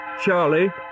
Charlie